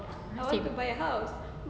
shit